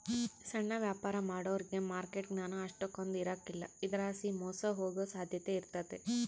ಸಣ್ಣ ವ್ಯಾಪಾರ ಮಾಡೋರಿಗೆ ಮಾರ್ಕೆಟ್ ಜ್ಞಾನ ಅಷ್ಟಕೊಂದ್ ಇರಕಲ್ಲ ಇದರಲಾಸಿ ಮೋಸ ಹೋಗೋ ಸಾಧ್ಯತೆ ಇರ್ತತೆ